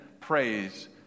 praise